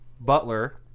Butler